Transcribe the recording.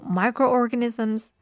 microorganisms